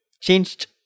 changed